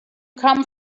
come